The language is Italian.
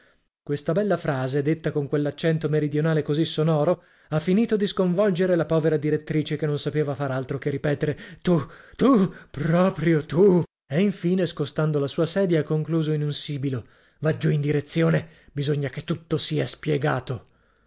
questa bella frase detta con quell'accento meridionale così sonoro ha finito di sconvolgere la povera direttrice che non sapeva far altro che ripetere tu tu proprio tu e infine scostando la sua sedia ha concluso in un sibilo va giù in direzione bisogna che tutto sia spiegato